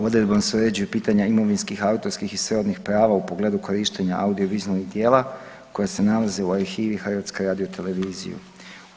Odredbom se uređuju pitanja imovinskih, autorskih i sverodnih prava u pogledu korištenja audiovizualnih djela koja se nalaze u arhivi HRT-a.